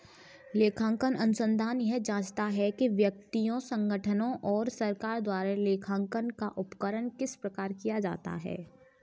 लेखांकन अनुसंधान यह जाँचता है कि व्यक्तियों संगठनों और सरकार द्वारा लेखांकन का उपयोग किस प्रकार किया जाता है